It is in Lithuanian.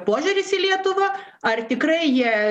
požiūris į lietuvą ar tikrai jie